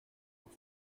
pour